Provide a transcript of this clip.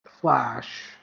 Flash